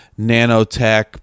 nanotech